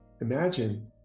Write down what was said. Imagine